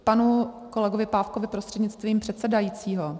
Panu kolegovi Pávkovi prostřednictvím předsedajícího.